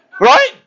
Right